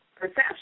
perception